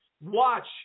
Watch